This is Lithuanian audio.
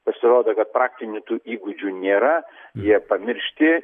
pasirodo kad praktinių tų įgūdžių nėra jie pamiršti